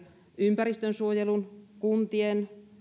ympäristönsuojelun kuntien